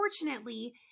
unfortunately